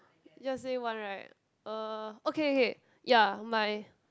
just say one right uh okay okay ya my